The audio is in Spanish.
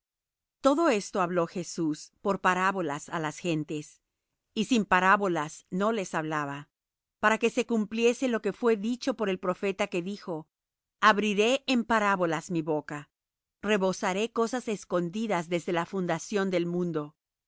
todo esto habló jesús por parábolas á las gentes y sin parábolas no les hablaba para que se cumpliese lo que fué dicho por el profeta que dijo abriré en parábolas mi boca rebosaré cosas escondidas desde la fundación del mundo